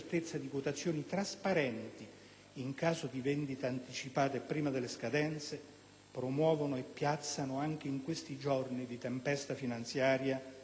in caso di vendita anticipata e prima delle scadenze, promuovono e piazzano anche in questi giorni di tempesta finanziaria loro obbligazioni